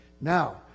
Now